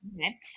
Okay